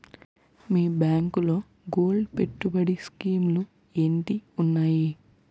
మీ బ్యాంకులో గోల్డ్ పెట్టుబడి స్కీం లు ఏంటి వున్నాయి?